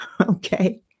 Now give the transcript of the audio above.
okay